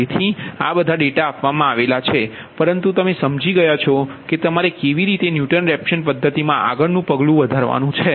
તેથી બધા ડેટા આપવામાં આવે છે પરંતુ તમે સમજી ગયા છો કે તમારે કેવી રીતે ન્યુટન રેફસન પદ્ધતિમાં પગલું આગળ વધારવાનુ છે